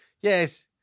Yes